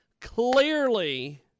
clearly